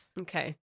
Okay